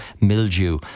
mildew